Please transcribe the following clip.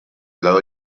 lado